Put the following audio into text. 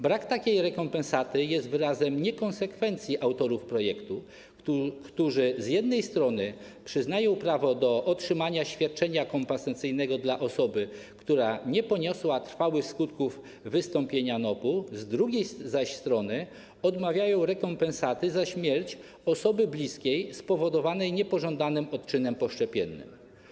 Brak takiej rekompensaty jest wyrazem niekonsekwencji autorów projektu, którzy z jednej strony przyznają prawo do otrzymania świadczenia kompensacyjnego osobom, które nie poniosły trwałych skutków wystąpienia NOP, a z drugiej strony odmawiają rekompensaty za śmierć osoby bliskiej spowodowaną wystąpieniem niepożądanego odczynu poszczepiennego.